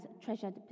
treasured